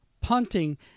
punting